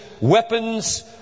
weapons